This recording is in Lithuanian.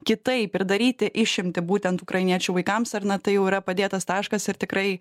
kitaip ir daryti išimtį būtent ukrainiečių vaikams ar na tai jau yra padėtas taškas ir tikrai